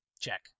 Check